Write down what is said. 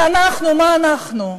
ואנחנו, מה אנחנו?